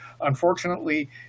unfortunately